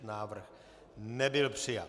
Návrh nebyl přijat.